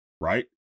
right